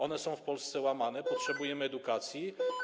One są w Polsce łamane, potrzebujemy edukacji.